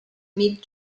mid